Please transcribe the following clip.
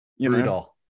brutal